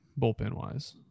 bullpen-wise